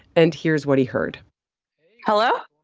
and here's what he heard hello?